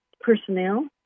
personnel